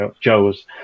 Joe's